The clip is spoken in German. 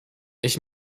ich